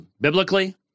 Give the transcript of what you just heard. biblically